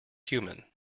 human